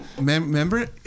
remember